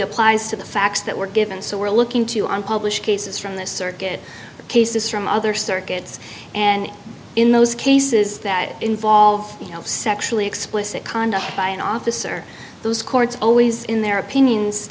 applies to the facts that were given so we're looking to unpublished cases from the circuit the cases from other circuits and in those cases that involve the sexually explicit conduct by an officer those courts always in their opinions